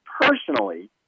Personally